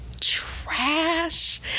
trash